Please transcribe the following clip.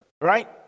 right